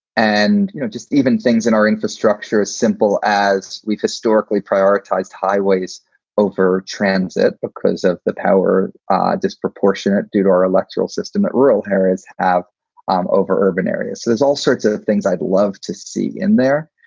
and, you know, just even things in our infrastructure, as simple as we've historically prioritized highways over transit because of the power disproportionate due to our electoral system that rural areas have um over urban areas. so there's all sorts of things i'd love to see in there.